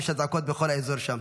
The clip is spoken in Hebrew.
ויש אזעקות בכל האזור שם,